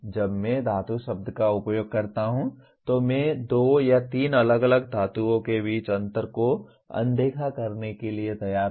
जब मैं धातु शब्द का उपयोग करता हूं तो मैं दो या तीन अलग अलग धातुओं के बीच अंतर को अनदेखा करने के लिए तैयार हूं